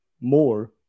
More